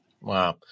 Wow